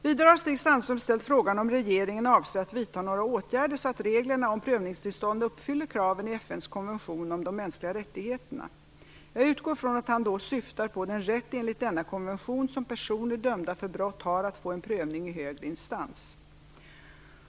Vidare har Stig Sandström ställt frågan om regeringen avser att vidta några åtgärder så att reglerna om prövningstillstånd uppfyller kraven i FN:s konvention om de mänskliga rättigheterna. Jag utgår från att han då syftar på den rätt enligt denna konvention som personer dömda för brott har att få en prövning i högre instans.